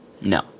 No